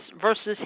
versus